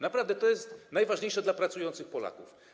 Naprawdę to jest najważniejsze dla pracujących Polaków.